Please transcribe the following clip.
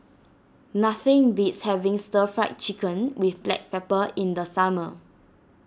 nothing beats having Stir Fry Chicken with Black Pepper in the summer